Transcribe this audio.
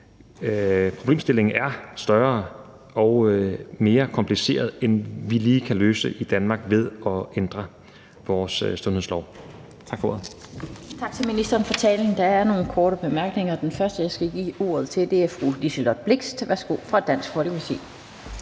Problemstillingen er større og mere kompliceret, end at vi lige kan løse den i Danmark ved at ændre vores sundhedslov. Tak for ordet. Kl. 17:23 Den fg. formand (Annette Lind): Tak til ministeren for talen. Der er nogle korte bemærkninger. Den første, jeg skal give ordet til, er fru Liselott Blixt fra Dansk Folkeparti.